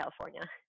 california